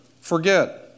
forget